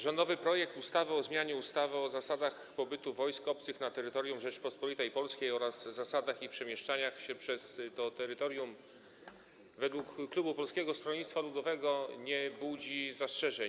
Rządowy projekt ustawy o zmianie ustawy o zasadach pobytu wojsk obcych na terytorium Rzeczypospolitej Polskiej oraz zasadach ich przemieszczania się przez to terytorium według klubu Polskiego Stronnictwa Ludowego nie budzi zastrzeżeń.